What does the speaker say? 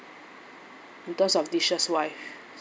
in terms of dishes wise